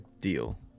deal